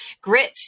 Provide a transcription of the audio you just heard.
grit